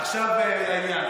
עכשיו לעניין.